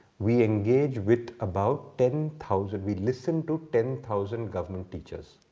we engage with about ten thousand. we listen to ten thousand government teachers.